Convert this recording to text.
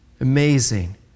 Amazing